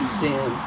sin